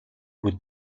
would